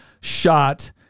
shot